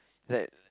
that